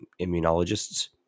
immunologists